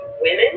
women